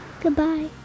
goodbye